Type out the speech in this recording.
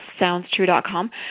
soundstrue.com